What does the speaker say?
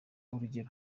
urugero